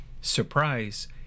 Surprise